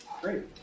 Great